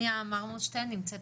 הניה מרמורשטיין נמצאת